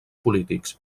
polítics